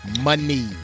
money